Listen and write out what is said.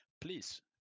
please